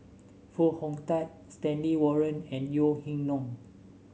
Foo Hong Tatt Stanley Warren and Yeo Ning Hong